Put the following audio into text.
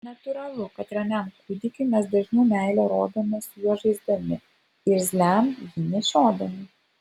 natūralu kad ramiam kūdikiui mes dažniau meilę rodome su juo žaisdami irzliam jį nešiodami